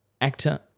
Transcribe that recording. actor